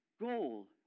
goal